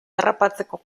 harrapatzeko